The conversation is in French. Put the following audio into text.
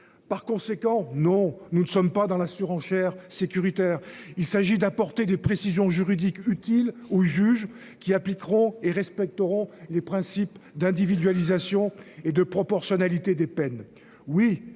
par conséquent, non, nous ne sommes pas dans la surenchère sécuritaire. Il s'agit d'apporter des précisions juridiques utiles aux juges qui appliqueront et respecteront les principes d'individualisation et de proportionnalité des peines.